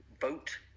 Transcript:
vote